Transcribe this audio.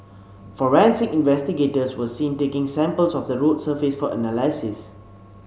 forensic investigators were seen taking samples of the road surface for analysis